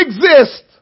exist